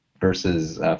versus